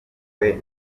bukwe